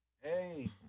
hey